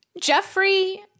Jeffrey